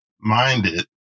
minded